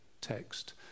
text